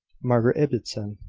margaret ibbotson!